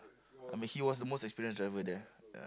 I mean she was the most experienced driver there ya